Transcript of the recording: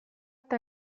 eta